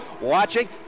watching